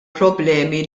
problemi